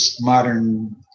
modern